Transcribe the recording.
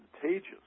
contagious